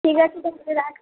ঠিক আছে তাহলে রাখ